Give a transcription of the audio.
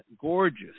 gorgeous